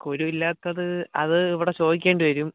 കുരു ഇല്ലാത്തത് അത് ഇവിടെ ചോദിക്കേണ്ടി വരും